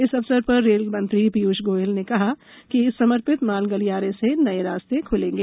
इस अवसर पर रेल मंत्री पीयूष गोयल ने कहा कि इस समर्पित माल गलियारे से नए रास्ते खुलेंगे